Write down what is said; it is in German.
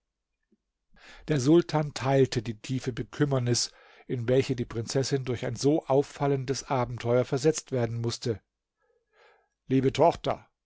der sultan teilte die tiefe bekümmernis in welche die prinzessin durch ein so auffallendes abenteuer versetzt werden mußte liebe tochter